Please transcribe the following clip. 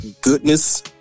goodness